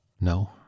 No